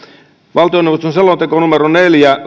valtioneuvoston selonteossa neljä